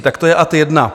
Tak to je ad jedna.